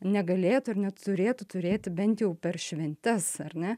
negalėtų ir neturėtų turėti bent jau per šventes ar ne